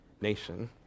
nation